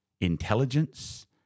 intelligence